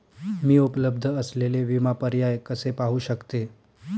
मी उपलब्ध असलेले विमा पर्याय कसे पाहू शकते?